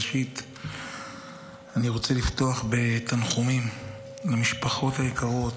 ראשית אני רוצה לפתוח בתנחומים למשפחות היקרות